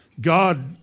God